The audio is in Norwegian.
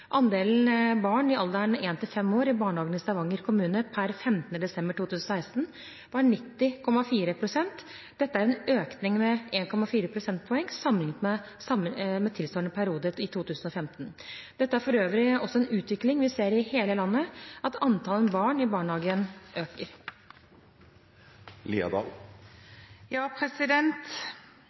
Andelen barn i alderen 1–5 år i barnehage i Stavanger kommune per 15. desember 2016 var 90,4 pst. Dette er en økning med 1,4 prosentpoeng sammenlignet med tilsvarende periode i 2015. Dette er for øvrig også en utvikling vi ser i hele landet, at andelen barn i barnehagen